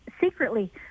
secretly